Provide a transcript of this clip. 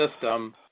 system